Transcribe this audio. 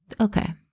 Okay